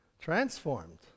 transformed